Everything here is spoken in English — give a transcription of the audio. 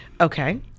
Okay